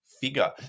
figure